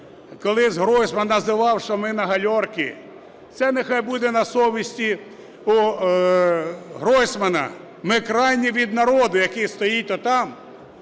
Колись Гройсман називав, що ми "на гальорці", це нехай буде на совісті у Гройсмана. Ми країні від народу, який стоїть отам,